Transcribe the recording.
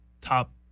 top